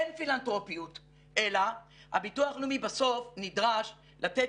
אין פילנטרופיות אלא הביטוח הלאומי בסוף נדרש לתת